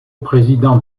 président